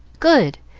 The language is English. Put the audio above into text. good!